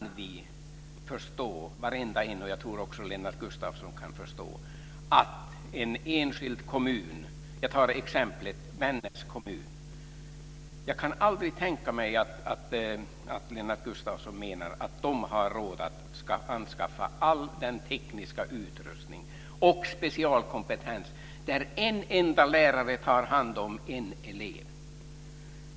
Herr talman! Den principiella uppfattningen som vi kristdemokrater har är att varje individ ska tas om hand i sin egen kommun. Men vi har gjort studiebesök, och Lennart Gustavsson har ju varit med på dem, på Ekeskolan och sett den specialutrustning som man har där. Då kan varenda en förstå - och jag tror att också Lennart Gustavsson kan förstå det - att en enskild kommun inte klarar detta. Ta Vännäs som exempel! Jag kan aldrig tänka mig att Lennart Gustavsson kan mena att man där har råd att anskaffa all denna tekniska utrustning och specialkompetens. Där är det en lärare som tar hand om en elev.